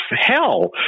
hell